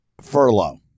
Furlough